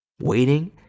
waiting